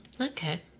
okay